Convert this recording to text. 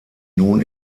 nun